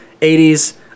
80s